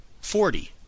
forty